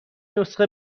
نسخه